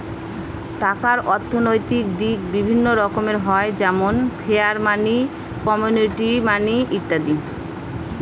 টাকার অর্থনৈতিক দিক বিভিন্ন রকমের হয় যেমন ফিয়াট মানি, কমোডিটি মানি ইত্যাদি